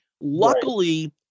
luckily